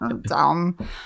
Dumb